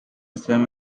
semi